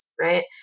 right